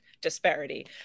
disparity